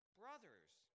brothers